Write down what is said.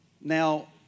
Now